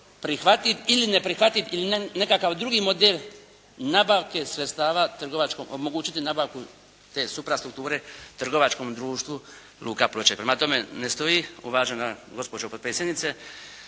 prihvatiti ili ne prihvatiti ili nekakav drugi model nabavke sredstava trgovačkog, omogućiti nabavku te suprastrukture trgovačkom društvu luka Ploče. Prema tome, ne stoji, uvažena gospođo potpredsjednice,